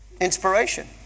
Inspiration